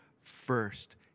first